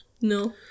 No